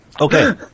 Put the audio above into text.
Okay